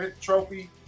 trophy